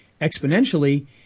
exponentially